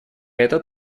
этот